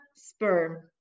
Sperm